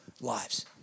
lives